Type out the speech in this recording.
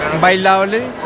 bailable